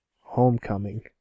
Homecoming